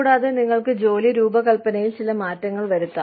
കൂടാതെ നിങ്ങൾക്ക് ജോലി രൂപകൽപ്പനയിൽ ചില മാറ്റങ്ങൾ വരുത്താം